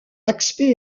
aspect